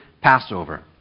Passover